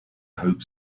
hope